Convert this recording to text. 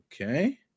okay